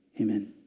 Amen